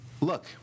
look